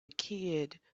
kid